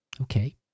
okay